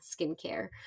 Skincare